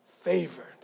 favored